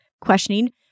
questioning